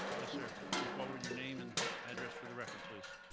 yes, sir, come forward. your name and address for the record, please.